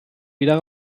wieder